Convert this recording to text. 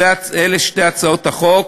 אלה שתי הצעות החוק.